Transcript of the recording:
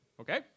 Okay